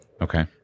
Okay